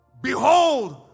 Behold